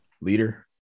leader